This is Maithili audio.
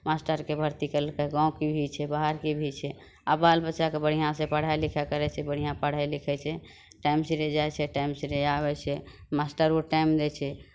मास्टरके भर्ती केलकै गाँवके भी छै बाहरके भी छै आब बाल बच्चाके बढ़िआँसँ पढ़ाइ लिखाइ करै छै बढ़िआँ पढ़ै लिखै छै टाइम सिरे जाइ छै टाइम सिरे आबै छै मास्टरो टाइम दै छै